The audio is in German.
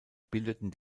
bildeten